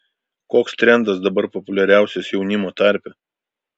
koks trendas dabar populiariausias jaunimo tarpe